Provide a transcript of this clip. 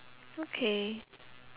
okay